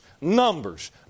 Numbers